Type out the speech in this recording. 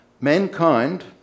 Mankind